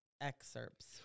excerpts